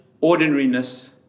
ordinariness